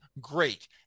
Great